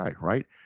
right